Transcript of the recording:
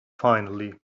finally